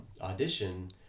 audition